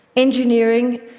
engineering,